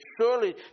surely